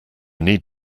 need